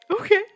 Okay